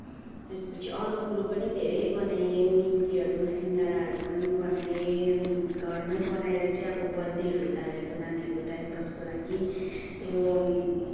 त्यसपछि अरू कुरो पनि धेरै बनाएँ निम्कीहरू पनि सिङ्गाडाहरू पनि बनाएँ घरमै बनाएर चाहिँ अब बर्थडेहरू हुँदाखेरिको नानीहरूको टाइम पासको लागि त्यो